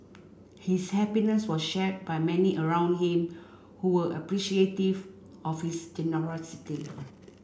his happiness was shared by many around him who were appreciative of his generosity